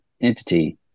entity